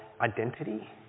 identity